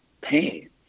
pain